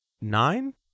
Nine